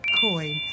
coin